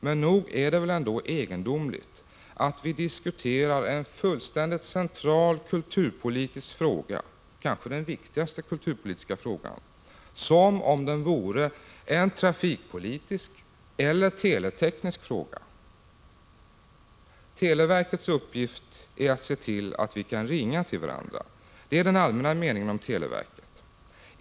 Men nog är det egendomligt att vi diskuterar en fullständigt central kulturpolitisk fråga, kanske den viktigaste, som om den vore en trafikpolitisk eller teleteknisk fråga. Televerkets uppgift är att se till att vi kan ringa till varandra. Det är den allmänna meningen om televerket.